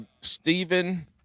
Stephen